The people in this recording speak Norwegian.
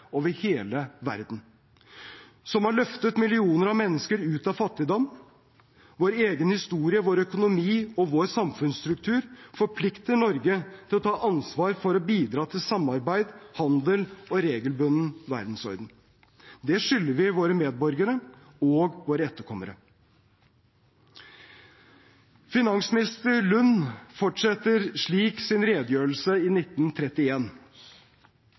over hele verden, som har løftet millioner av mennesker ut av fattigdom. Vår egen historie, vår økonomi og vår samfunnsstruktur forplikter Norge til å ta ansvar for å bidra til samarbeid, handel og en regelbunden verdensorden. Det skylder vi våre medborgere og våre etterkommere. Finansminister Lund fortsetter slik sin redegjørelse i